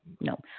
no